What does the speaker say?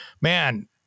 man